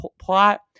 plot